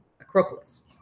Acropolis